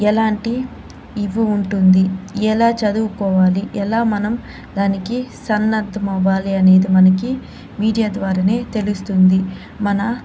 ఎలాంటి ఇవ్వు ఉంటుంది ఎలా చదువుకోవాలి ఎలా మనం దానికి సన్నద్ధం అవ్వాలి అని మనకి మీడియా ద్వారానే తెలుస్తుంది మన